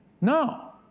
No